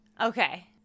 Okay